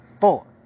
Four